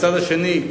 גם החלום של הצד השני,